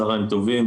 צוהריים טובים.